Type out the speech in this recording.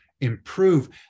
improve